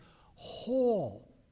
whole